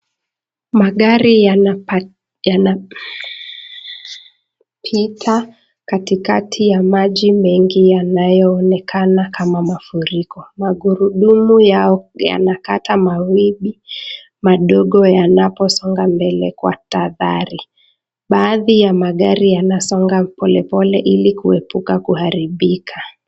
Magari yanapita katikati ya maji mengi yanayoonekana kama mafuriko. Magurudumu yao yanakata mawimbi madogo yanaposonga mbele kwa tahadhari. Baadhi ya magari yanasonga polepole ili kuepuka kuharibika.